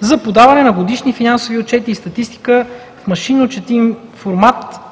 за подаване на годишни финансови отчети и статистика в машинно четим формат